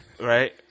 right